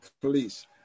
police